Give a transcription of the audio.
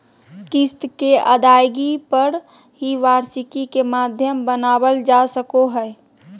किस्त के अदायगी पर ही वार्षिकी के माध्यम बनावल जा सको हय